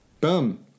Boom